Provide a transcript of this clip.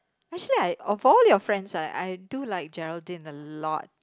actually I of all your friends right I do like Geraldine a lot